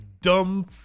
Dumb